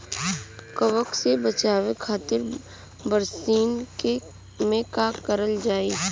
कवक से बचावे खातिन बरसीन मे का करल जाई?